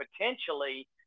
potentially